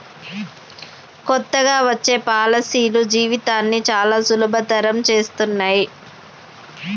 కొత్తగా వచ్చే పాలసీలు జీవితాన్ని చానా సులభతరం చేత్తన్నయి